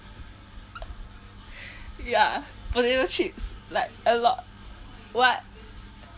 yeah potato chips like a lot what